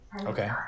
Okay